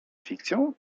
fikcją